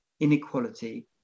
inequality